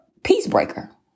peacebreaker